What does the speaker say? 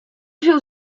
wziął